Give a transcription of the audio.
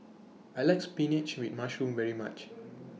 I like Spinach with Mushroom very much